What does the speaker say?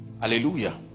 hallelujah